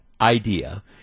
idea